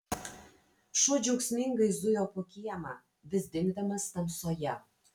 šuo džiaugsmingai zujo po kiemą vis dingdamas tamsoje